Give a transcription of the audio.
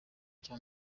cya